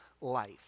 life